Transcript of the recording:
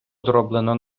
зроблено